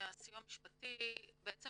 לטבלה